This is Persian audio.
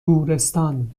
گورستان